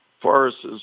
forests